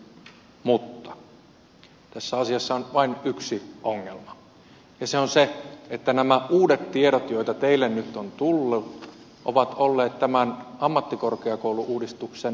mutta tässä asiassa on vain yksi ongelma ja se on se että nämä uudet tiedot joita teille nyt on tullut ovat olleet tämän ammattikorkeakoulu uudistuksen perustana